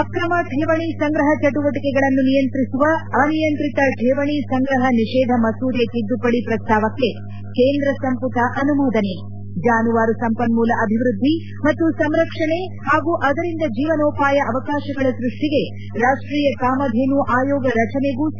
ಅಕ್ರಮ ಠೇವಣಿ ಸಂಗಹ ಚಟುವಟಿಕೆಗಳನ್ತು ನಿಯಂತಿಸುವ ಅನಿಯಂತಿತ ಠೇವಣಿ ಸಂಗಹ ನಿಷೇಧ ಮಸೂದೆ ತಿದ್ದುಪಡಿ ಪ್ರಸ್ತಾವಕ್ಕೆ ಕೇಂದ ಸಂಪುಟ ಅನುಮೋದನೆ ಜಾನುವಾರು ಸಂಪನ್ಮೂಲ ಅಭಿವ್ವದ್ದಿ ಮತ್ತು ಸಂರಕ್ಷಣೆ ಹಾಗೂ ಅದರಿಂದ ಜೀವನೋಪಾಯ ಅವಕಾಶಗಳ ಸ್ಪಡ್ಸಿಗೆ ರಾಷ್ಟೀಯ ಕಾಮಧೇನು ಆಯೋಗ ರಚನೆಗೂ ಸಮ್ಮತಿ